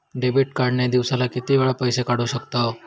Debit card ने दिवसाला किती वेळा पैसे काढू शकतव?